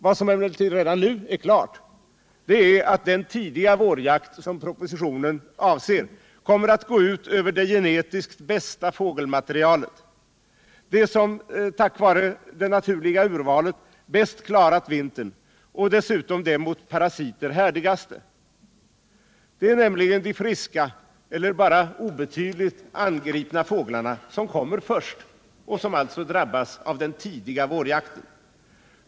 Vad som emellertid redan nu är klart är att den tidiga vårjakt som propositionen avser kommer att gå ut över det genetiskt bästa fågelmaterialet, det som tack vare det naturliga urvalet klarat vintern, och dessutom det mot parasiter härdigaste. Det är nämligen de friska eller bara obetydligt angripna fåglarna som kommer först och som alltså drabbas av den tidiga vårjakten.